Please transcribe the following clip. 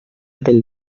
del